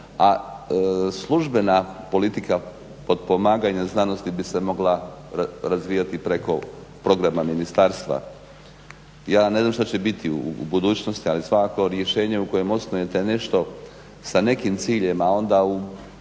a službena politika potpomaganja znanosti bi se mogla razvijati preko programa ministarstva. Ja ne znam što će biti u budućnosti ali svakako rješenje u kojem osnujete nešto sa nekim ciljem, a onda u